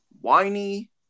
whiny